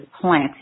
planted